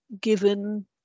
given